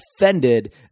offended